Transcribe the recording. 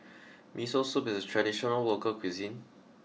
Miso Soup is a traditional local cuisine